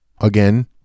again